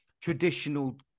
traditional